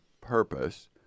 purpose